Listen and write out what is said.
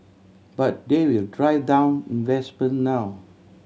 but they will drive down investment now